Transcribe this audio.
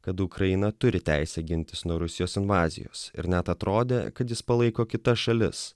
kad ukraina turi teisę gintis nuo rusijos invazijos ir net atrodė kad jis palaiko kita šalis